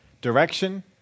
direction